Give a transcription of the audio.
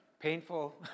Painful